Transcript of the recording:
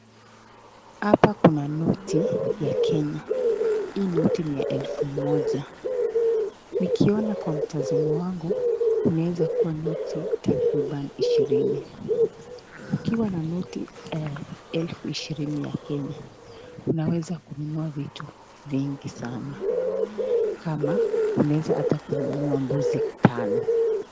Hapa kuna noti ya kenya. Hii noti ni ya elfu moja nikiona kwa mtazamo wangu inaweza kuwa noti takribani ishirini. Ukiwa na noti elfu ishirini ya kenya unaweza kununua vitu vingi sana kama unaweza hata kununua mbuzi tano.